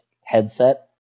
headset